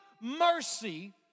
mercy